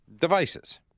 Devices